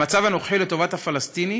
המצב הנוכחי הוא לטובת הפלסטיני,